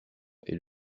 est